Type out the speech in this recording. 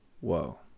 Whoa